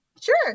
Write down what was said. Sure